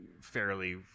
fairly